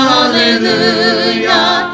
Hallelujah